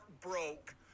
broke